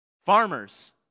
Farmers